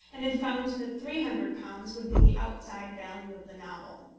and had found that three hundred pounds would be the outside value of the novel.